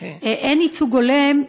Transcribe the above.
אין ייצוג הולם,